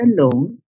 alone